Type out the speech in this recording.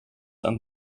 and